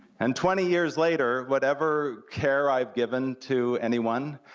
and twenty years later, whatever care i've given to anyone,